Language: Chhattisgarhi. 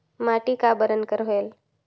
माटी का बरन कर होयल?